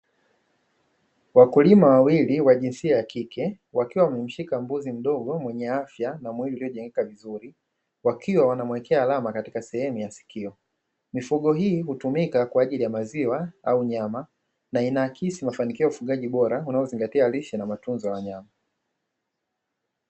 Wakulima wawili wa jinsia ya kike wakiwa wamemshika mbuzi mwenye afya na mwili uliojengeka vizuri, wakiwa wanamuwekea alama katika sehemu ya sikio. Mifugo hii hutumika kwaajili ya maziwa au nyama na inaakisi mafanikio ya ufugaji bora unao zingatia lishe na matunzo ya wanyama.